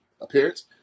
appearance